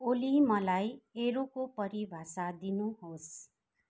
ओली मलाई एरोको परिभाषा दिनुहोस्